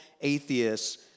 atheists